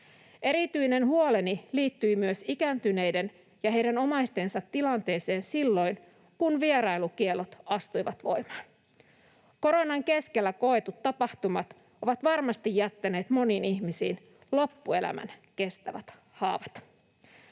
Erityinen huoleni liittyi myös ikääntyneiden ja heidän omaistensa tilanteeseen silloin, kun vierailukiellot astuivat voimaan. Koronan keskellä koetut tapahtumat ovat varmasti jättäneet moniin ihmisiin loppuelämän kestävät haavat.